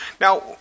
Now